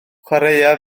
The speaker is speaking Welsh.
chwaraea